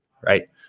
right